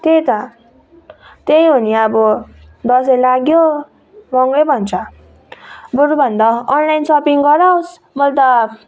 त्यही त त्यही हो नि अब दसैँ लाग्यो महँगो भन्छ बरु भन्दा अनलाइन सपिङ गरावोस् मैले त